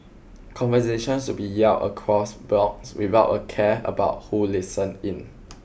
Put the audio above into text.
conversations would be yelled across blocks without a care about who listened in